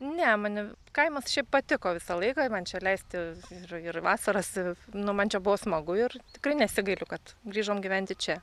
ne mane kaimas šiaip patiko visą laiką man čia leisti ir ir vasarą su nu man čia buvo smagu ir tikrai nesigailiu kad grįžom gyventi čia